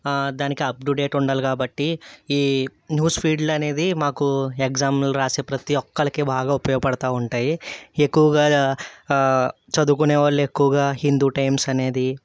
దానికి up to date ఉండాలి కాబట్టి ఈ న్యూస్ ఫీడ్లు అనేది మాకు ఎగ్జాములు రాసే ప్రతి ఒక్కరికి బాగా ఉపయోగపడుతుంటాయి ఎక్కువగా చదువుకునే వాళ్ళు ఎక్కువగా హిందూ టైమ్స్ అనేది